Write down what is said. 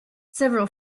several